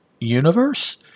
universe